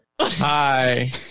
hi